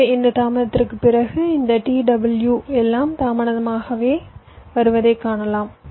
எனவே இந்த தாமதத்திற்குப் பிறகு இந்த t w எல்லாம் தாமதமாக வருவதைக் காணலாம்